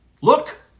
Look